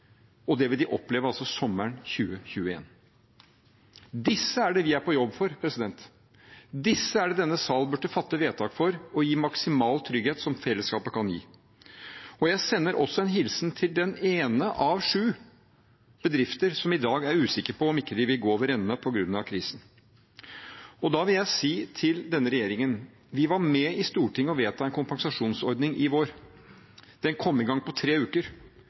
Det vil de altså oppleve sommeren 2021. Disse er det vi er på jobb for. Disse er det denne sal burde fatte vedtak for og gi den maksimale tryggheten som fellesskapet kan gi. Jeg sender også en hilsen til den ene av sju bedrifter som i dag er usikre på om de vil gå over ende på grunn av krisen. Da vil jeg si til denne regjeringen: Vi var med i Stortinget på å vedta en kompensasjonsordning i vår. Den kom i gang på tre uker.